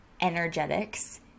energetics